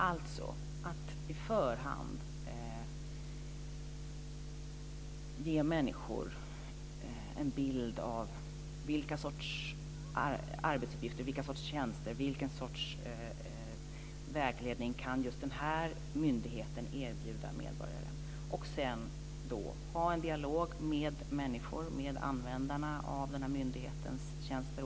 Syftet är att ge människor en bild av vilken sorts arbetsuppgifter myndigheten har och vilka tjänster och vilken vägledning som myndigheten i fråga kan erbjuda medborgaren. Sedan ska man föra en dialog med de människor som använder myndighetens tjänster.